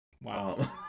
Wow